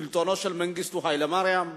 שלטונו של מנגיסטו היילה מריאם,